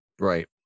Right